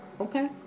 Okay